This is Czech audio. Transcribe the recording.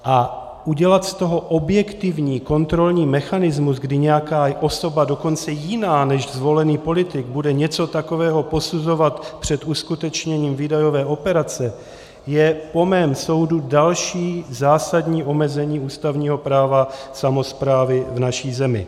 A udělat z toho objektivní kontrolní mechanismus, kdy nějaká osoba, dokonce jiná než zvolený politik, bude něco takového posuzovat před uskutečněním výdajové operace, je po mém soudu další zásadní omezení ústavního práva samosprávy v naší zemi.